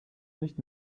nicht